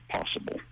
possible